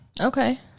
okay